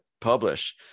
publish